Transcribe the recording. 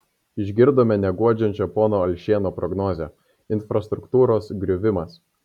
išgirdome neguodžiančią pono alšėno prognozę infrastruktūros griuvimas